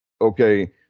Okay